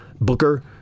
Booker